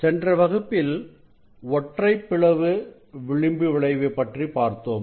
சென்ற வகுப்பில் ஒற்றைப் பிளவு விளிம்பு விளைவு பற்றி பார்த்தோம்